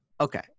okay